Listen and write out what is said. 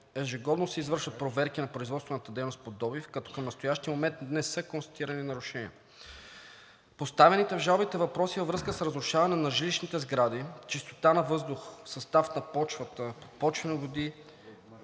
Ежегодно се извършват проверки на производствената дейност по добив, като към настоящия момент не са констатирани нарушения. Поставените в жалбите въпроси във връзка с разрушаване на жилищните сгради, чистота на въздух, състав на почвата, почвени води